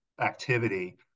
activity